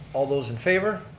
all those in favor.